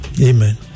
Amen